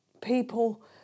people